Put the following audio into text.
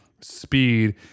speed